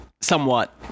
somewhat